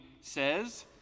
says